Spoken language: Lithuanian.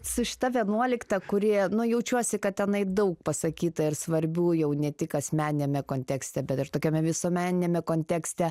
su šita vienuolikta kuri nu jaučiuosi kad tenai daug pasakyta ir svarbių jau ne tik asmeniniame kontekste bet ir tokiame visuomeniniame kontekste